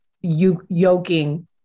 yoking